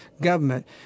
government